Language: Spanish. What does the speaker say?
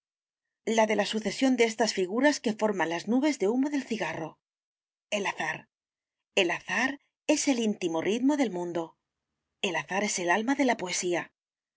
la de la sucesión de estas figuras que forman las nubes de humo del cigarro el azar el azar es el íntimo ritmo del mundo el azar es el alma de la poesía ah